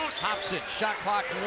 thompson, shot clock